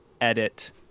edit